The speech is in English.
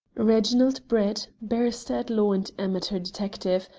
reginald brett, barrister-at-law and amateur detective,